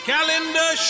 Calendar